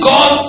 God